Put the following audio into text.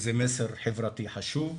זה מסר חברתי חשוב.